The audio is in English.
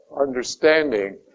understanding